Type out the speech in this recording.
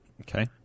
Okay